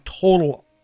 total